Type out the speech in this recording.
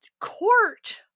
Court